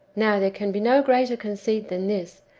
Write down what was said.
now there can be no greater conceit than this,